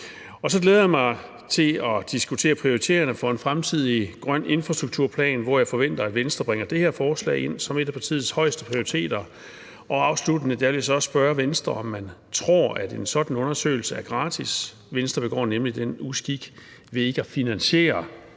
Og så glæder jeg mig til at diskutere prioriteringerne for en fremtidig grøn infrastrukturplan, hvor jeg forventer at Venstre bringer det her forslag ind som et af partiets højeste prioriteter. Og afsluttende vil jeg så også spørge Venstre, om man tror, at en sådan undersøgelse er gratis. Venstre begår nemlig en uskik ved ikke at finansiere